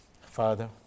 Father